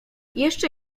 jeszcze